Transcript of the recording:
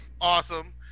awesome